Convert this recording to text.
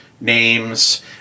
names